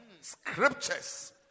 scriptures